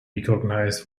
recognized